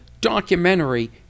documentary